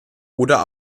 oder